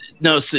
no